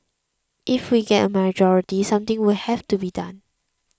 if we get a majority something will have to be done